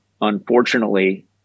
unfortunately